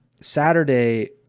Saturday